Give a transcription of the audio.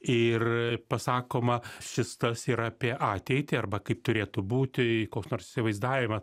ir pasakoma šis tas ir apie ateitį arba kaip turėtų būti koks nors įsivaizdavimas